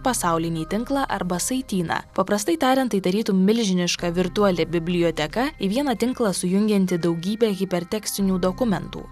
pasaulinį tinklą arba saityną paprastai tariant tai tarytum milžiniška virtuali biblioteka į vieną tinklą sujungianti daugybė hipertekstinių dokumentų